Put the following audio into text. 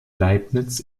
leibniz